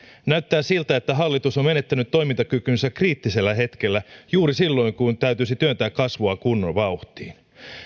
näyttää siltä että hallitus on menettänyt toimintakykynsä kriittisellä hetkellä juuri silloin kun täytyisi työntää kasvua kunnon vauhtiin